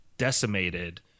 decimated